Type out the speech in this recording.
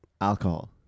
Alcohol